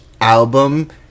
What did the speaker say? album